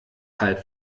halb